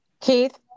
Keith